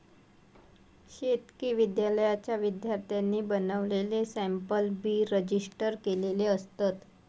शेतकी विद्यालयाच्या विद्यार्थ्यांनी बनवलेले सॅम्पल बी रजिस्टर केलेले असतत